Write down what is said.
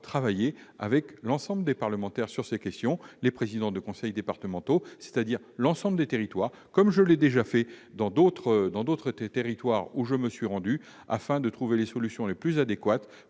travailler avec l'ensemble des parlementaires, les présidents de conseils départementaux, c'est-à-dire l'ensemble des territoires, comme je l'ai déjà fait dans d'autres territoires où je me suis rendu, afin de trouver les solutions les plus adéquates